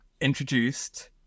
introduced